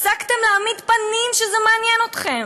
הפסקתם להעמיד פנים שזה מעניין אתכם.